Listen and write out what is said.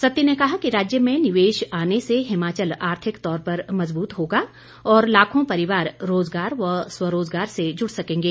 सत्ती ने कहा कि राज्य में निवेश आने से हिमाचल आर्थिक तौर पर मजबूत होगा और लाखों परिवार रोजगार व स्वरोजगार से जुड़ सकेंगे